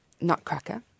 nutcracker